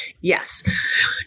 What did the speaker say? Yes